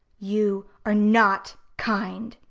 you are not kind,